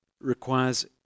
requires